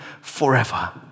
forever